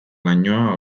lainoa